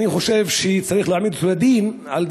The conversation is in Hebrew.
אני חושב שצריך להעמיד אותו לדין על דבריו,